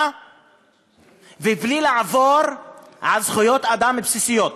ובלי לעבור על זכויות אדם בסיסיות.